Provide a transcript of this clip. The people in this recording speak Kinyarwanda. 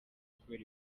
kubera